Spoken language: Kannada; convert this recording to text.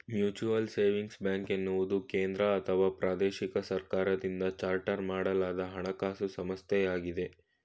ಮ್ಯೂಚುಯಲ್ ಸೇವಿಂಗ್ಸ್ ಬ್ಯಾಂಕ್ ಎನ್ನುವುದು ಕೇಂದ್ರಅಥವಾ ಪ್ರಾದೇಶಿಕ ಸರ್ಕಾರದಿಂದ ಚಾರ್ಟರ್ ಮಾಡಲಾದ ಹಣಕಾಸು ಸಂಸ್ಥೆಯಾಗಿದೆ